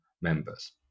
members